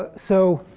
ah so